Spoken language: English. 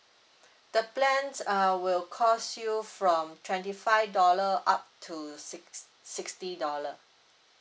the plans uh will cost you from twenty five dollar up to six sixty dollar